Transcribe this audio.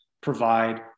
provide